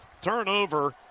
turnover